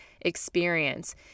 experience